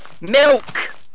Milk